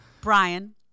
brian